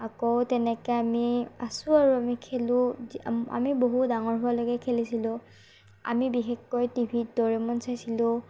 আকৌ তেনেকৈ আমি আছোঁ আৰু আমি খেলোঁ আমি বহুত ডাঙৰ হোৱালৈকে খেলিছিলো আমি বিশেষকৈ টিভিত ড'ৰিমন চাইছিলো